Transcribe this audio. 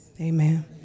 Amen